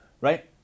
right